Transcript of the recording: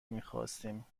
میخواستیم